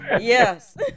Yes